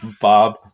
bob